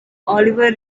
oliver